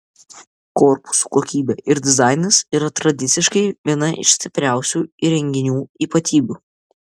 korpusų kokybė ir dizainas yra tradiciškai viena iš stipriausių įrenginių ypatybių